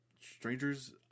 Strangers